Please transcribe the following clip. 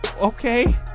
Okay